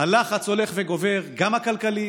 הלחץ הולך וגובר, גם הכלכלי,